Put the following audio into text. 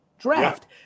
draft